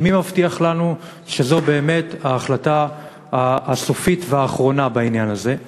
כי מי מבטיח לנו שזו באמת ההחלטה הסופית והאחרונה בעניין הזה?